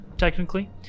Technically